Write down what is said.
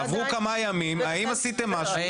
עברו כמה ימים, האם עשיתם משהו?